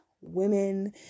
women